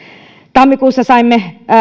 tammikuussa saimme